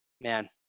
Man